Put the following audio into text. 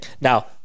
Now